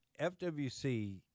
FWC